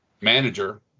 Manager